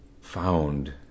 found